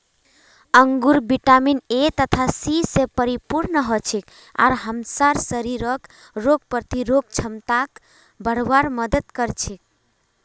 अंगूर vitamin A तथा C स परिपूर्ण हछेक आर हमसार शरीरक रोग प्रतिरोधक क्षमताक बढ़वार मदद कर छेक